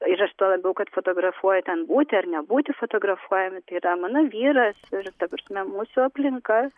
ir aš tuo labiau kad fotografuoju ten būti ar nebūti fotografuojami yra mano vyras ir ta prasme mūsų aplinka